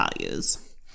values